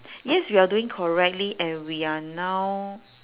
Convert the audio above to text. yes you are doing correctly and we are now